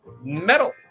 metal